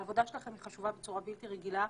העבודה שלכם חשובה בצורה בלתי רגילה.